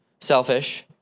selfish